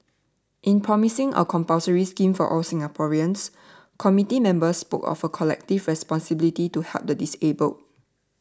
in proposing a compulsory scheme for all Singaporeans committee members spoke of a collective responsibility to help the disabled